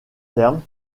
termes